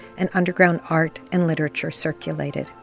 and underground art and literature circulated.